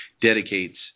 Dedicates